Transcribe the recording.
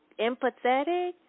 empathetic